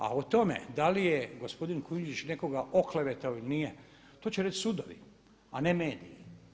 A o tome da li je gospodin Kujundžić nekoga oklevetao ili nije to će reći sudovi, a ne mi.